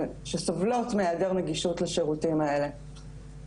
שסובלות מהעדר נגישות לשירותים האלה.